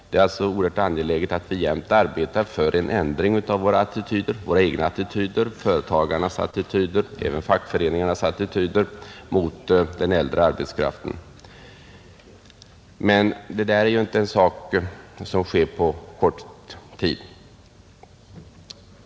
Det är alltså oerhört angeläget att vi arbetar på en förändring i våra egna, företagarnas och fackföreningarnas attityder mot den äldre arbetskraften, men det är inte något som sker på kort tid.